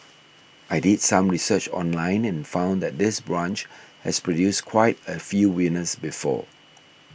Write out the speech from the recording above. I did some research online and found that this branch has produced quite a few winners before